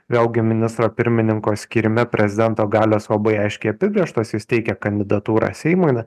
vėlgi ministro pirmininko skiriami prezidento galios labai aiškiai apibrėžtos jis teikia kandidatūrą seimui na